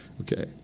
Okay